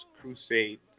Crusade